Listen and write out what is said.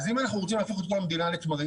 אז אם אנחנו רוצים להפוך את כל המדינה לתמרים,